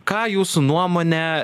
ką jūsų nuomone